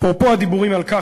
אפרופו הדיבורים על כך,